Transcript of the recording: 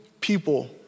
people